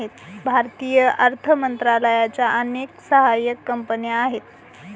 भारतीय अर्थ मंत्रालयाच्या अनेक सहाय्यक कंपन्या आहेत